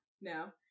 no